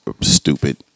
stupid